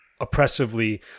oppressively